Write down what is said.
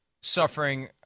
suffering